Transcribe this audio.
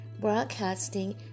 Broadcasting